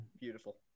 beautiful